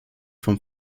vom